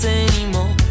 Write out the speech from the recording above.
anymore